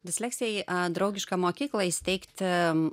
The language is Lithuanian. disleksijai draugišką mokyklą įsteigti